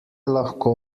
lahko